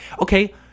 Okay